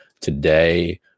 Today